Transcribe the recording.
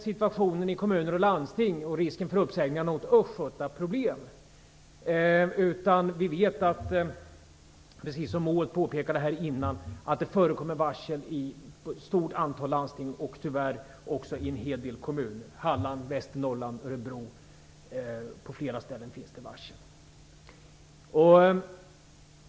Situationen i kommuner och landsting och risken för uppsägningar där är ju inte något östgötaproblem, utan vi vet att det, precis som Maud Björnemalm påpekade nyss, förekommer varsel i ett stort antal landsting och tyvärr också i en hel del kommuner. I Halland, i Västernorrland, i Örebro - på flera ställen finns det varsel.